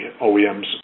OEMs